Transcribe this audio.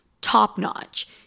top-notch